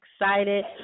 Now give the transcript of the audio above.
excited